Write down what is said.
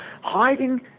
hiding